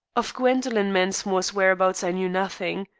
of gwendoline mensmore's whereabouts i knew nothing.